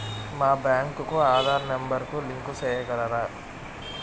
మా బ్యాంకు కు ఆధార్ నెంబర్ కు లింకు సేయగలరా?